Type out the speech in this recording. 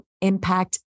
impact